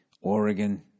Oregon